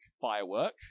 firework